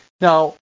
Now